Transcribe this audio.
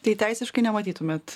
tai teisiškai nematytumėt